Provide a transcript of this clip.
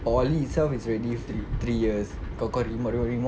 poly itself is already three years kalau kau remote remote